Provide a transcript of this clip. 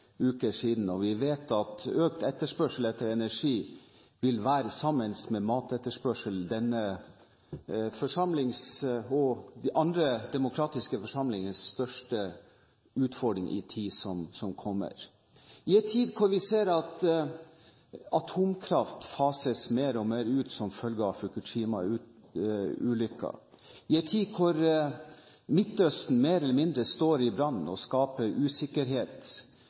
uker siden. Vi vet at økt etterspørsel etter energi, sammen med matetterspørsel, vil være denne forsamlings og de andre demokratiske forsamlingers største utfordring i tiden som kommer. I en tid da vi ser at atomkraft fases mer og mer ut som følge av Fukushima-ulykken, i en tid da Midtøsten mer eller mindre står i brann og skaper usikkerhet,